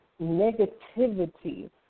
negativity